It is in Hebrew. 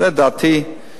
זו דעתי,